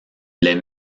les